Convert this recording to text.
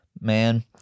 man